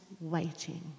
waiting